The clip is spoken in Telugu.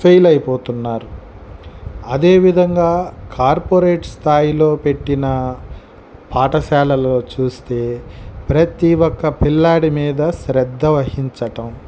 ఫెయిల్ అయిపోతున్నారు అదేవిధంగా కార్పొరేట్ స్థాయిలో పెట్టిన పాఠశాలలు చూస్తే ప్రతి ఒక్క పిల్లాడి మీద శ్రద్ధ వహించటం